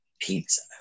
Pizza